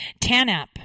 TANAP